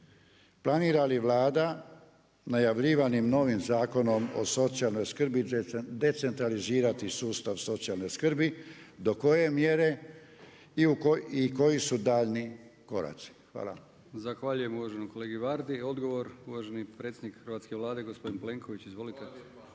planira li Vlada najavljivanim novim Zakonom o socijalnoj skrbi decentralizirati sustav socijalne skrbi, do koje mjere i koji su daljnji koraci, hvala. **Brkić, Milijan (HDZ)** Zahvaljujem uvaženom kolegi Vardi. I odgovor, uvaženi predsjednik hrvatske Vlade, gospodin Plenković, izvolite.